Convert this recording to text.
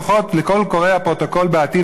לפחות לכל קוראי הפרוטוקול בעתיד,